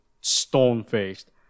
stone-faced